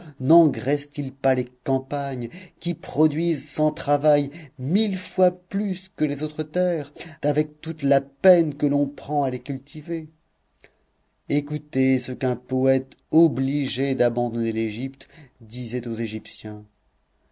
nengraisse t il pas les campagnes qui produisent sans travail mille fois plus que les autres terres avec toute la peine que l'on prend à les cultiver écoutez ce qu'un poète obligé d'abandonner l'égypte disait aux égyptiens